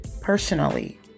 personally